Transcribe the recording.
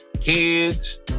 kids